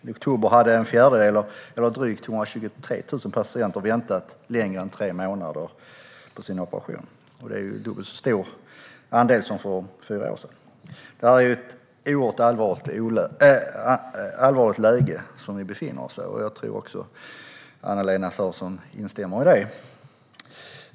I oktober hade en fjärdedel eller drygt 123 000 patienter väntat längre än tre månader på sin operation. Det är dubbelt så många som för fyra år sedan. Det är ett oerhört allvarligt läge vi befinner oss i, och det tror jag att Anna-Lena Sörenson instämmer i.